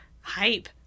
Hype